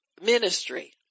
ministry